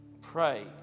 pray